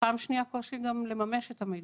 ופעם שנייה בלממש את המידע.